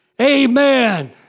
Amen